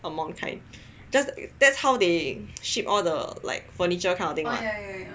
among kind just that's how they ship all the like furniture kind of thing